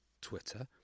Twitter